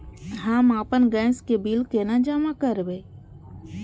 हम आपन गैस के बिल केना जमा करबे?